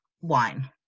wine